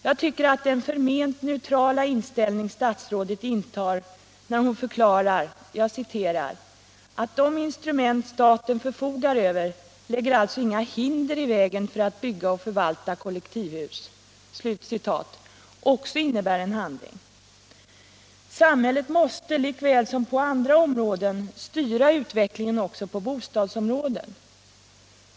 Jag tycker att den förment neutrala inställning statsrådet intar när hon förklarar att ”de instrument som staten förfogar över lägger alltså inga hinder i vägen för att bygga och förvalta kollektivhus” också innebär en handling. Samhället måste lika väl som på andra områden styra utvecklingen också på bostadsområdet.